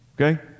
Okay